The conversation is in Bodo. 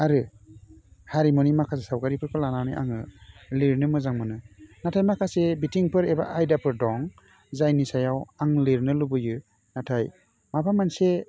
आरो हारिमुनि माखासे सावगारिफोरखौ लानानै आङो लिरनो मोजां मोनो नाथाय माखासे बिथिंफोर एबा आयदाफोर दं जायनि सायाव आं लिरनो लुबैयो नाथाय माबा मोनसे